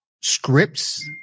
scripts